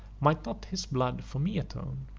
might not his blood for me atone?